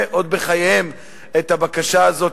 שלא הספיקו להגיש עוד בחייהם את הבקשה הזאת,